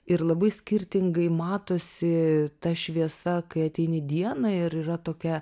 ir labai skirtingai matosi ta šviesa kai ateini dieną ir yra tokia